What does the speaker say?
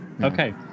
Okay